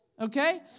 okay